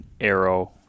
Arrow